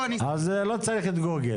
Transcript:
אז לא צריך את גוגל.